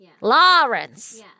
Lawrence